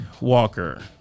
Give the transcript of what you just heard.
Walker